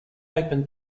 open